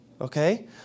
Okay